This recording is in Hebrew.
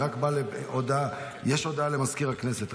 יש הודעה למזכיר הכנסת.